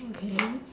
okay